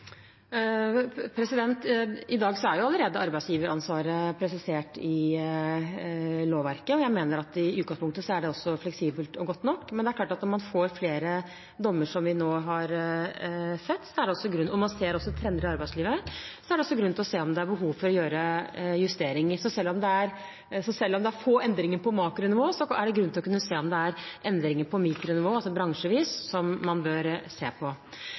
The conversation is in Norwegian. I dag er allerede arbeidsgiveransvaret presisert i lovverket, og jeg mener at i utgangspunktet er det også fleksibelt og godt nok. Men det er klart at når man får flere dommer som dem vi nå har sett, og man også ser trender i arbeidslivet, er det også grunn til å se på om det er behov for å gjøre justeringer. Så selv om det er få endringer på makronivå, er det grunn til å kunne se om det er endringer på mikronivå, altså bransjevis, som man bør se på.